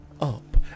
up